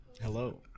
Hello